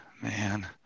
man